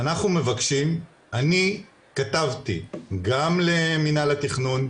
ב' אנחנו מבקשים, אני כתבתי גם למינהל התכנון,